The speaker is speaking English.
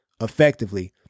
effectively